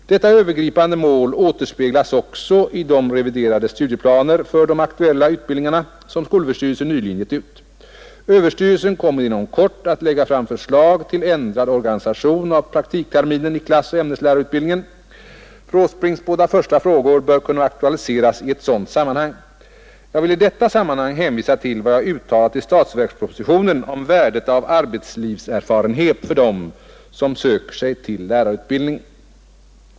Detta övergripande mål återspeglas också i de reviderade studieplaner för de aktuella utbildningarna som skolöverstyrelsen nyligen gett ut. Överstyrelsen kommer inom kort att lägga fram förslag till ändrad organisation av praktikterminen i klassoch ämneslärarutbildningen. Fru Åsbrinks båda första frågor bör kunna aktualiseras i ett sådant sammanhang. Jag vill i detta sammanhang hänvisa till vad jag uttalat i statsverkspropositioner: om värdet av arbetslivserfarenhet för dem som söker sig till lärarutbildning.